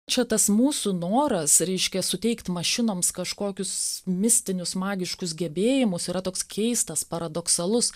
čia tas mūsų noras reiškia suteikt mašinoms kažkokius mistinius magiškus gebėjimus yra toks keistas paradoksalus